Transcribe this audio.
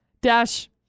Dash